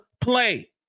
play